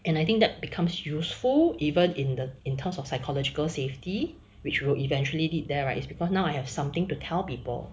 and I think that becomes useful even in the in terms of psychological safety which will eventually lead there right is because now I have something to tell people